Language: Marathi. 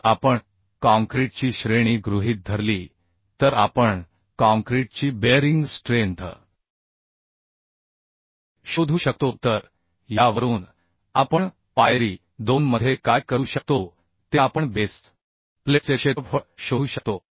जर आपण काँक्रीटची श्रेणी गृहीत धरली तर आपण काँक्रीटची बेअरिंग स्ट्रेंथ शोधू शकतो तर यावरून आपण पायरी 2 मध्ये काय करू शकतो ते आपण बेस प्लेटचे क्षेत्रफळ शोधू शकतो